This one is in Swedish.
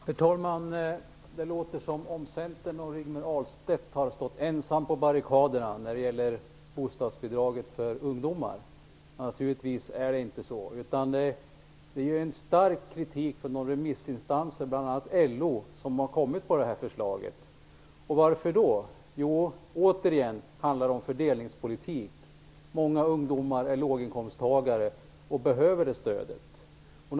Herr talman! Det låter som om Centern och Rigmor Ahlstedt har stått ensamma på barrikaderna när det gäller bostadsbidrag för ungdomar. Naturligtvis är det inte så. Stark kritik från remissinstanserna, bl.a. från LO, har ju riktats mot det här förslaget. Varför? Jo, återigen: Det handlar om fördelningspolitik. Många ungdomar är låginkomsttagare och behöver det här stödet.